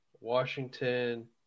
Washington